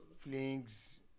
Flings